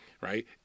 right